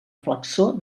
flexor